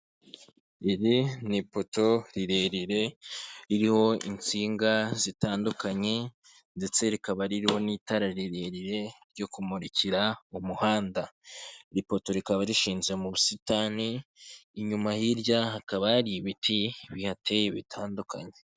Iri ni ipoto rirerire ririho insinga zitandukanye, ndetse rikaba ririho n'itara rirerire ryo kumurikira umuhanda, iri poto rikaba rishinze mu busitani, inyuma hirya hakaba hari ibiti bihateye bitandukanye.